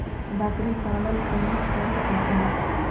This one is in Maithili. बकरी पालन केना कर जाय?